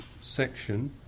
section